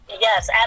yes